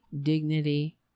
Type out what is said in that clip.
dignity